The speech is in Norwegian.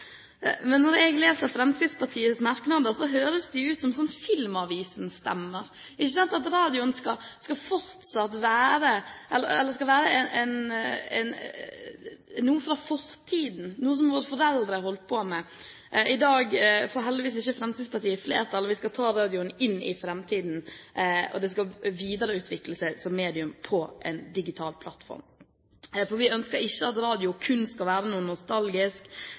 Men når jeg leser Fremskrittspartiets merknader, høres de ut som filmavisstemmer. Radioen skal være noe fra fortiden, noe som våre foreldre holdt på med. I dag får heldigvis ikke Fremskrittspartiet flertall. Vi skal ta radioen inn i framtiden, og den skal videreutvikles som medium på en digital plattform, for vi ønsker ikke at radioen kun skal være